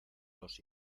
los